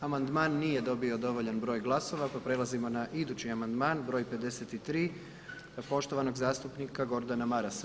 Amandman nije dobio dovoljan broj glasova, pa prelazimo na idući amandman broj 53. poštovanog zastupnika Gordana Marasa.